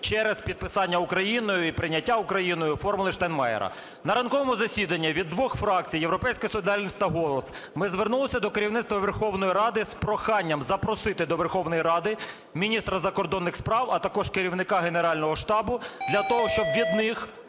через підписання Україною і прийняття Україною "формули Штайнмайєра". На ранковому засіданні від двох фракцій – "Європейська солідарність" та "Голос" – ми звернулися до керівництва Верховної Ради з проханням запросити до Верховної Ради міністра закордонних справ, а також керівника Генерального штабу для того, щоб від них